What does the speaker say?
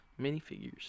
minifigures